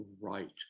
right